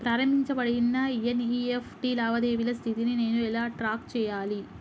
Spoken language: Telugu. ప్రారంభించబడిన ఎన్.ఇ.ఎఫ్.టి లావాదేవీల స్థితిని నేను ఎలా ట్రాక్ చేయాలి?